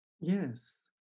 yes